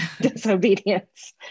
disobedience